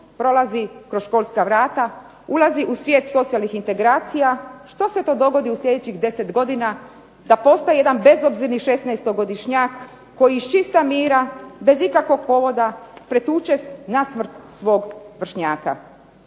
prolazi kroz školska vrata, ulazi u svijet socijalnih integracija, što se to dogodi u sljedećih 10 godina da postaje jedan bezobzirni šesnaestogodišnjak koji iz čista mira, bez ikakvog povoda pretuče nasmrt svog vršnjaka.